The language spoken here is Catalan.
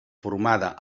formada